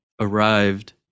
arrived